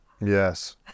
Yes